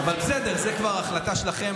אבל בסדר, זו כבר החלטה שלכם.